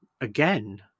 again